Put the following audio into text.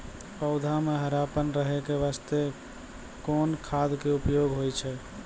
पौधा म हरापन रहै के बास्ते कोन खाद के उपयोग होय छै?